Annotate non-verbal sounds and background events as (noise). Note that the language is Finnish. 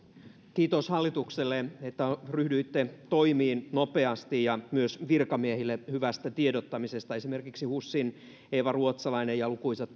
kiitos hallitukselle että ryhdyitte toimiin nopeasti ja myös virkamiehille hyvästä tiedottamisesta esimerkiksi husin eeva ruotsalainen ja lukuisat (unintelligible)